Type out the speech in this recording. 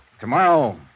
Tomorrow